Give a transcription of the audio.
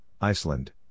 Iceland